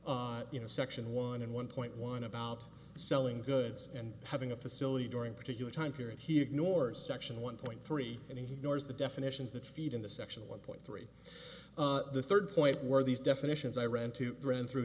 on you know section one and one point one about selling goods and in a facility during particular time period he ignores section one point three and he knows the definitions that feed in the section one point three the third point where these definitions i ran to ran through